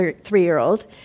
three-year-old